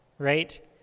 right